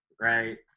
right